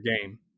game